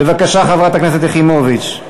בבקשה, חברת הכנסת יחימוביץ.